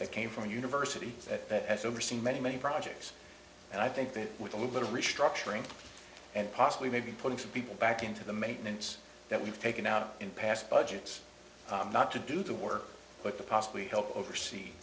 that came from a university that has overseen many many projects and i think that with a little bit of restructuring and possibly maybe putting for people back into the maintenance that we've taken out in past budgets not to do the work but the possibly help oversee